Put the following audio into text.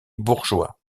bourgeois